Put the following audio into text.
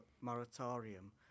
moratorium